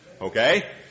Okay